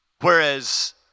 Whereas